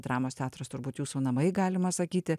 dramos teatras turbūt jūsų namai galima sakyti